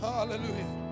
Hallelujah